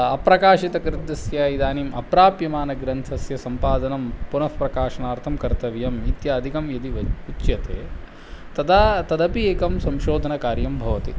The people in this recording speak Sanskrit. अप्रकाशितकृद्यस्य इदानीम् अप्राप्यमानग्रन्थस्य सम्पादनं पुनः प्रकाशनार्थं कर्तव्यम् इत्यादिकं यदि वच् उच्यते तदा तदपि एकं संशोधनकार्यं भवति